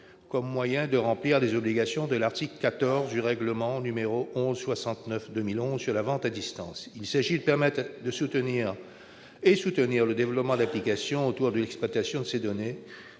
comme moyen de remplir les obligations de l'article 14 du règlement n° 1169/2011 sur la vente à distance. Il s'agit de permettre et de soutenir le développement d'applications autour de l'exploitation de ces données,